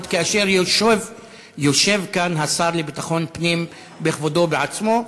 כאשר יושב כאן השר לביטחון פנים בכבודו ובעצמו.